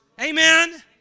Amen